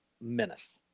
menace